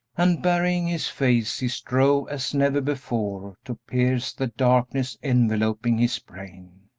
and, burying his face, he strove as never before to pierce the darkness enveloping his brain.